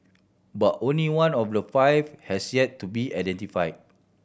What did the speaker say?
but only one of the five has yet to be identify